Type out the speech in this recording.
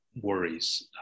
worries